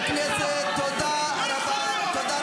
תוציא אותה.